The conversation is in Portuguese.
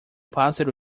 pássaro